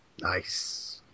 Nice